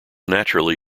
naturally